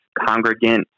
congregant